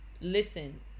listen